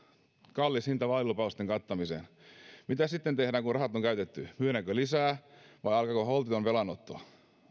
kallis hinta vaalilupausten kattamiseen mitä sitten tehdään kun rahat on käytetty myydäänkö lisää vai alkaako holtiton velanotto